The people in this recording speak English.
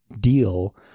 deal